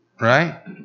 right